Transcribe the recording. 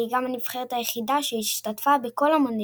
והיא גם הנבחרת היחידה שהשתתפה בכל המונדיאלים.